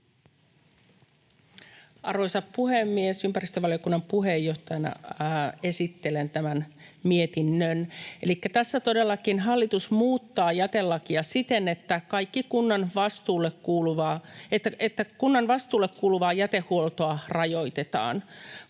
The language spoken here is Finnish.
Arvoisa puhemies! Ympäristövaliokunnan puheenjohtajana esittelen tämän mietinnön. Elikkä tässä todellakin hallitus muuttaa jätelakia siten, että kunnan vastuulle kuuluvaa jätehuoltoa rajoitetaan.